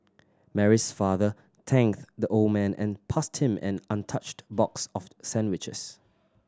Mary's father thanked the old man and passed him an untouched box of sandwiches